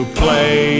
play